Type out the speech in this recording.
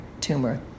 tumor